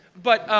but